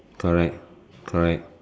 correct correct